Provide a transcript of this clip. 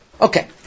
Okay